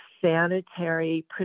sanitary